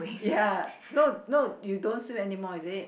ya no no you don't swim anymore is it